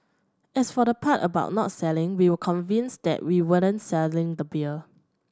as for the part about not selling we were convinced that we weren't selling the beer